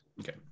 Okay